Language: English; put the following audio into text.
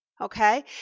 Okay